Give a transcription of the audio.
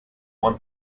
one